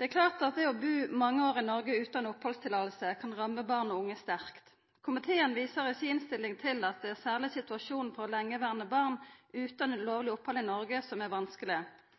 Det er klart at det å bu mange år i Noreg utan opphaldsløyve kan ramma barn og unge sterkt. Komiteen viser i si innstilling til at det særleg er situasjonen for lengeverande barn utan